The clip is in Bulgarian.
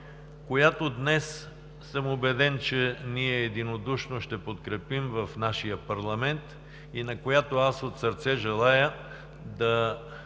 която днес съм убеден, че единодушно ще подкрепим в нашия парламент и на която аз от сърце желая да